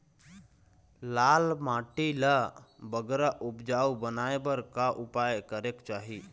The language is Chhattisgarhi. लाल माटी ला बगरा उपजाऊ बनाए बर का उपाय करेक चाही?